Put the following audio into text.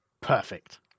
Perfect